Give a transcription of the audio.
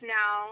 now